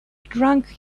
drunk